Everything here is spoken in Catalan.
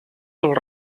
als